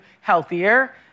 healthier